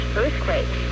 earthquake